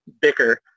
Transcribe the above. bicker